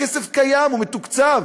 הכסף קיים, הוא מתוקצב.